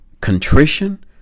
contrition